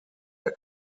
der